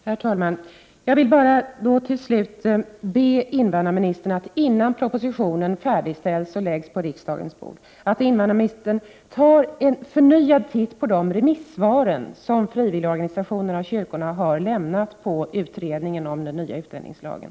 Herr talman! Jag vill bara till slut be invandrarministern att, innan propositionen färdigställs och läggs på riksdagens bord, ta en förnyad titt på de remissvar som frivilligorganisationerna och kyrkorna har lämnat till utredningen om den nya utlänningslagen.